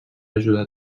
ajudar